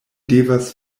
devas